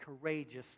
courageously